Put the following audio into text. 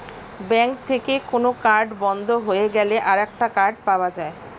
bank থেকে কোন card বন্ধ হয়ে গেলে আরেকটা কার্ড পাওয়া যায়